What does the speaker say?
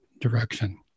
direction